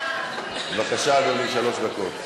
בבקשה, אדוני, שלוש דקות.